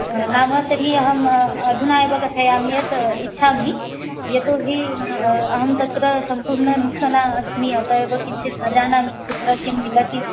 नाम तर्हि अहम् अधुना एव कथयामि यत् इच्छामि यतोऽहि अहं तत्र सम्पूर्णनूतना अस्मि अतः एव किञ्चिद् न जानामि कुत्र किं मिलति